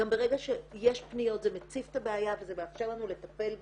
גם ברגע שיש פניות זה מציף את הבעיה וזה מאפשר לנו לטפל בה.